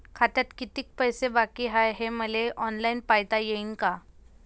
खात्यात कितीक पैसे बाकी हाय हे मले ऑनलाईन पायता येईन का?